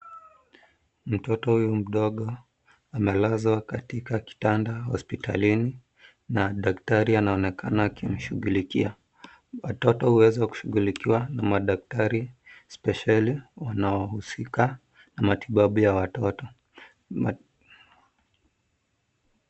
Mtoto huyu mdogo amelazwa katika kitanda hospitalini na daktari anaonekana akimshughulkia. Watoto waweza kushughulkia na madktari spesheli wanaohusika na matibabu ya watoto.